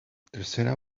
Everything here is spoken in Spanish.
tercera